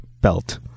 belt